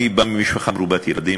אני בא ממשפחה מרובת ילדים,